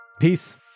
Peace